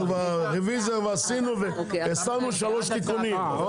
רוויזיה עשינו והוספנו שלושה תיקונים.